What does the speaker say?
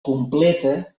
completa